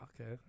Okay